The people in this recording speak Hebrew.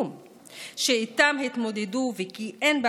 של מיליארדים ריקים שרק אתה קובע לאן הם